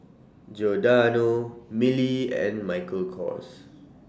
Giordano Mili and Michael Kors